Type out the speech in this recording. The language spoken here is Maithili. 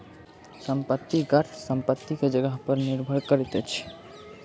संपत्ति कर संपत्ति के जगह पर निर्भर करैत अछि